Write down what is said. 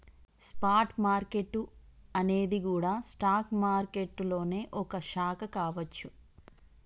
spot market అనేది గూడా stock మారికెట్టులోనే ఒక శాఖ కావచ్చు